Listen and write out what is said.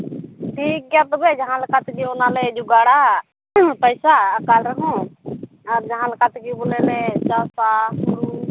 ᱴᱷᱤᱠ ᱜᱮᱭᱟ ᱛᱚᱵᱮ ᱡᱟᱦᱟᱸ ᱞᱮᱠᱟ ᱛᱮᱜᱮ ᱚᱱᱟᱞᱮ ᱡᱳᱜᱟᱲᱟ ᱯᱚᱭᱥᱟ ᱟᱠᱟᱞ ᱨᱮᱦᱚᱸ ᱟᱨ ᱡᱟᱦᱟᱸ ᱞᱮᱠᱟ ᱛᱮᱜᱮ ᱵᱚᱞᱮ ᱞᱮ ᱪᱟᱥᱟ ᱦᱩᱲᱩ